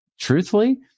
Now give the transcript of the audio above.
truthfully